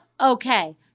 Okay